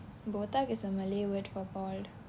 botak is a malay word for bald